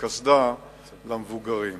מקסדה למבוגרים.